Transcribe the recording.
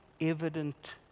evident